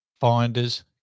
Finders